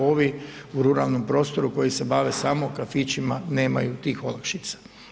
Ovi u ruralnom prostoru koji se bave samo kafićima nemaju tih olakšica.